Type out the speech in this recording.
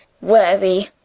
worthy